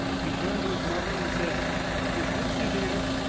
he turned to his mother and said miss lucy, dear,